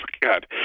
God